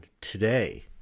today